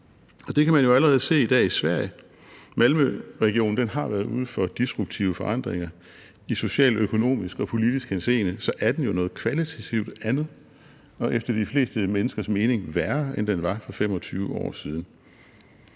Man kan jo allerede i dag se det i Sverige, for Malmøregionen har været ude for disruptive forandringer i social, økonomisk og politisk henseende, for den er jo kvalitativt noget andet, og efter de fleste menneskers mening er den blevet værre, end hvad den var for 25 år siden.